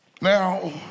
now